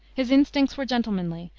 his instincts were gentlemanly,